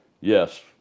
Yes